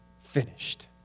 finished